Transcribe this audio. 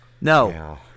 no